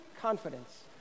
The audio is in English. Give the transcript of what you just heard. confidence